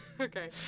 Okay